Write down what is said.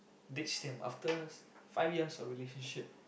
ditched him after five years of relationship